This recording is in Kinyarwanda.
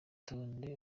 itonde